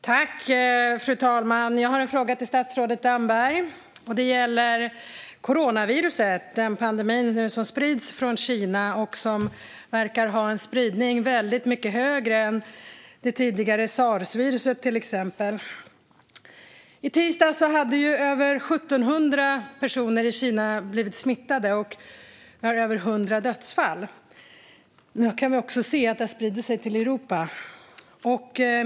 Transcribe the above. Fru talman! Jag har en fråga till statsrådet Damberg. Den gäller coronaviruset, den pandemi som nu sprids från Kina och som verkar har en mycket större spridning än det tidigare sarsviruset, till exempel. I tisdags hade över 1 700 personer i Kina blivit smittade, och det är över 100 dödsfall. Nu kan vi se att viruset också har spridit sig till Europa.